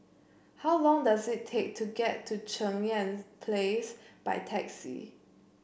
how long does it take to get to Cheng Yan Place by taxi